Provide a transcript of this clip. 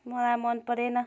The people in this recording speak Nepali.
मलाई मनपरेन